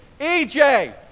EJ